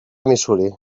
missouri